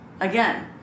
Again